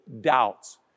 doubts